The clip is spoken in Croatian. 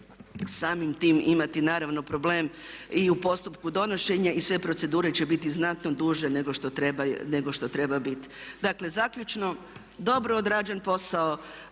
samim tim imati naravno problem i u postupku donošenja i sve procedure će biti znatno duže nego što treba biti. Dakle, zaključno dobro obrađen posao,